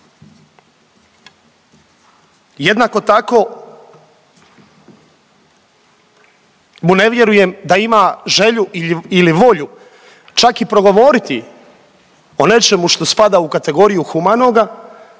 Jednako tako mu ne vjerujem da ima želju ili volju čak i progovoriti o nečemu što spada u kategoriju humanoga,